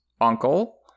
uncle